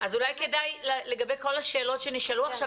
אז אולי כדאי לגבי כל השאלות שנשאלו עכשיו,